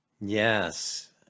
yes